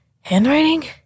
handwriting